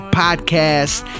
podcast